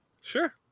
Sure